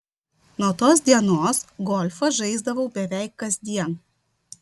nuo tos dienos golfą žaisdavau beveik kasdien